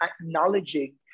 acknowledging